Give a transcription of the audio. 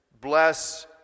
bless